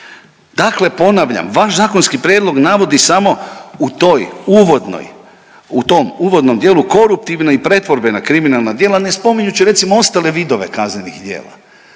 Dakle ponavljam, vaš zakonski prijedlog navodi samo u toj uvodnoj, u tom uvodnom dijelu koruptivna i pretvorbena kriminalna djela ne spominjući recimo ostale vidove kaznenih djela.